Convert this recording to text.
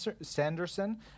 sanderson